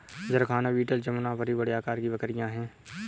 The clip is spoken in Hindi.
जरखाना बीटल जमुनापारी बड़े आकार की बकरियाँ हैं